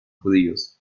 judíos